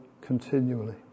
continually